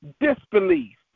disbelief